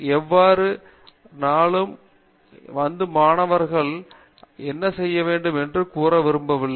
ஒவ்வொரு நாளும் வந்து மாணவர்கள் என்ன செய்ய வேண்டும் என்று கூற விரும்பவில்லை